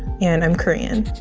and i'm korean.